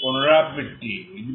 পুনরাবৃত্তি হবে